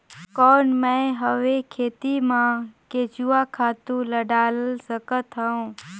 कौन मैं हवे खेती मा केचुआ खातु ला डाल सकत हवो?